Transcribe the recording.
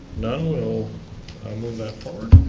none we'll move that forward.